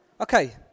Okay